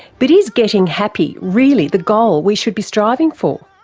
but is getting happy really the goal we should be striving for?